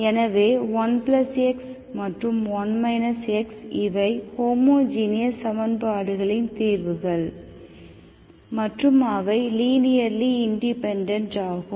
எனவே 1x மற்றும் 1 x இவை ஹோமோஜீனியஸ் சமன்பாடுகளின் தீர்வுகள் மற்றும் அவை லீனியர்லி இண்டிபெண்டெண்ட் ஆகும்